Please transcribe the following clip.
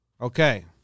Okay